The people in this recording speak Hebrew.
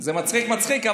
זה מצחיק מצחיק,